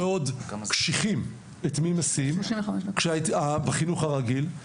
קשיחים בשאלה את מי מסיעים בחינוך הרגיל,